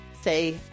say